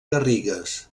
garrigues